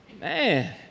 Man